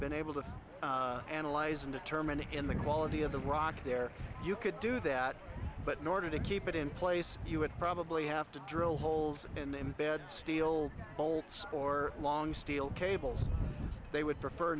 been able to analyze and determine in the quality of the rock there you could do that but in order to keep it in place you would probably have to drill holes and embed steel bolts or long steel cables they would prefer